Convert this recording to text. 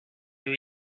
your